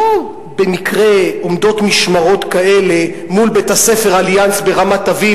לא במקרה עומדות משמרות כאלה מול בית-הספר "אליאנס" ברמת-אביב,